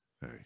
Hey